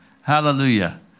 Hallelujah